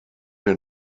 der